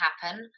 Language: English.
happen